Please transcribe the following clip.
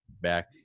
back